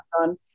done